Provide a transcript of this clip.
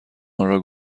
آنرا